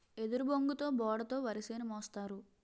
ఎదురుబొంగుతో బోడ తో వరిసేను మోస్తారు